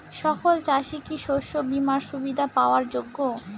সকল চাষি কি শস্য বিমার সুবিধা পাওয়ার যোগ্য?